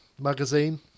magazine